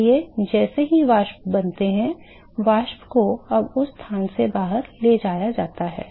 इसलिए जैसे ही वाष्प बनते हैं वाष्प को अब उस स्थान से बाहर ले जाया जाता है